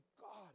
God